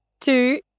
two